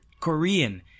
Korean